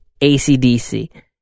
ACDC